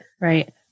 right